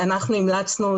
אנחנו המלצנו,